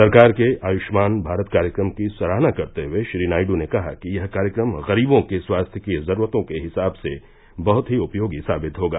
सरकार के आयुष्मान भारत कार्यक्रम की सराहना करते हुए श्री नायड् ने कहा कि यह कार्यक्रम गरीबों के स्वास्थ्य की जरूरतों के हिसाब से बहत ही उपयोगी साबित होगा